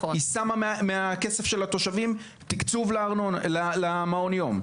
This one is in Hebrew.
היא שמה מהכסף של התושבים תקצוב למעון יום.